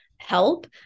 help